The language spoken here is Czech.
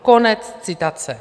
Konec citace.